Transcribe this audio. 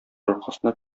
аркасында